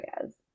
areas